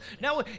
now